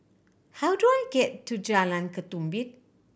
how do I get to Jalan Ketumbit